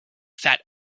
fat